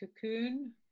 Cocoon